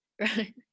right